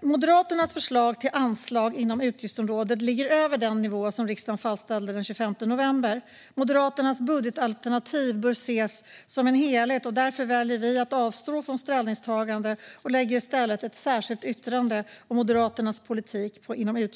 Moderaternas förslag till anslag inom utgiftsområdet ligger över den nivå som riksdagen fastställde den 25 november. Moderaternas budgetalternativ bör ses som en helhet. Därför väljer vi att avstå från ställningstagande och lägger i stället fram ett särskilt yttrande om Moderaternas politik inom